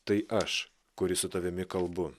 tai aš kuris su tavimi kalbu